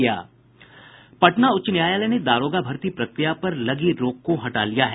पटना उच्च न्यायालय ने दारोगा भर्ती प्रक्रिया पर लगी रोक को हटा लिया है